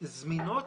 זמינות